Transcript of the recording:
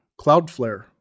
Cloudflare